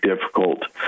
difficult